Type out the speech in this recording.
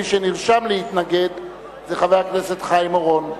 ומי שנרשם להתנגד זה חבר הכנסת חיים אורון.